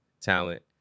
talent